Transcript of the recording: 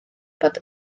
bod